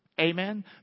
Amen